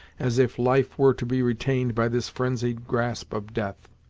as if life were to be retained by this frenzied grasp of death.